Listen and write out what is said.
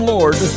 Lord